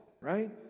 right